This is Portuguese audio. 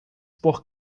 por